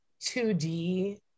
2D